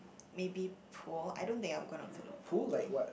maybe pool I don't think I'm gonna do the pool though